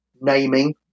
naming